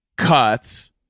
cuts